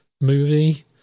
movie